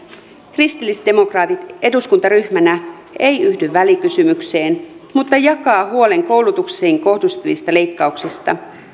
kristillisdemokraatit eduskuntaryhmänä ei yhdy välikysymykseen mutta jakaa huolen koulutukseen kohdistuvista leikkauksista